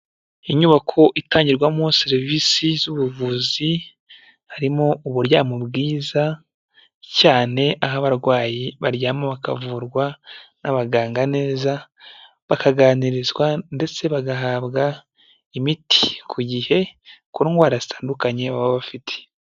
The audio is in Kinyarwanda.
Inyubako itangirwamo serivisi z'ubuvuzi, harimo uburyamo bwiza cyane, aho abarwayi baryama bakavurwa n'abaganga neza, bakaganirizwa ndetse bagahabwa imiti ku gihe, ku ndwara zitandukanye baba bafite.